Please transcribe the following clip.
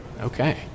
Okay